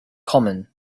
common